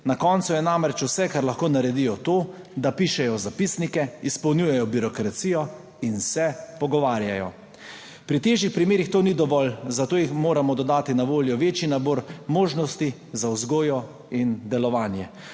Na koncu je namreč vse, kar lahko naredijo, to, da pišejo zapisnike, izpolnjujejo birokracijo in se pogovarjajo. Pri težjih primerih to ni dovolj, zato jim moramo dodati na voljo večji nabor možnosti za vzgojo in delovanje.